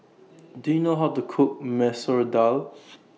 Do YOU know How to Cook Masoor Dal